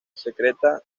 secreta